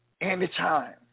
anytime